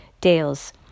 dales